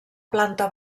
planta